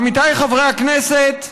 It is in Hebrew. עמיתיי חברי הכנסת,